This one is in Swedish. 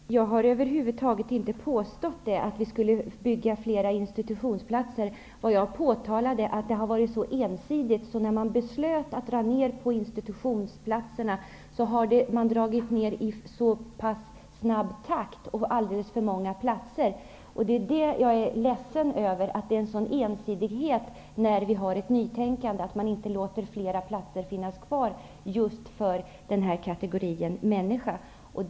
Herr talman! Jag har över huvud taget inte påstått att vi skulle bygga fler institutionsplatser. Vad jag påtalade var att det hela varit så ensidigt. När man beslöt att dra ner på antalet institutionsplatser, drog man ner i för snabb takt och med alldeles för många platser. Det är det jag är ledsen över. Det finns en sådan ensidighet i nytänkandet när man inte låter fler platser finnas kvar just för denna kategori människor.